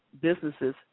businesses